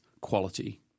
quality